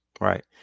Right